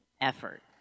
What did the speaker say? effort